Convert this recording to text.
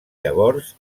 llavors